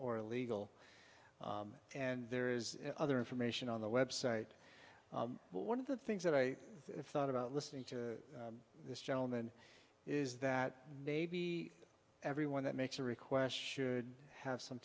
or legal and there is other information on the website one of the things that i thought about listening to this gentleman is that maybe everyone that makes a request should have some